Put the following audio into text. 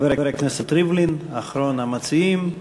חבר הכנסת ריבלין, אחרון המציעים.